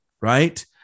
right